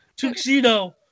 tuxedo